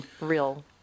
Real